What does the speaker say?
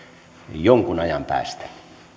jonkun ajan päästä